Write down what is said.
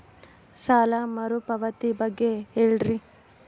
ಸಾಲ ಮರುಪಾವತಿ ಬಗ್ಗೆ ಹೇಳ್ರಿ?